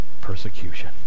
persecution